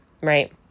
right